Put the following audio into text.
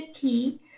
key